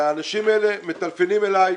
והאנשים האלה מטלפנים אלי,